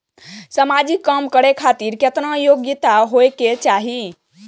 समाजिक काम करें खातिर केतना योग्यता होके चाही?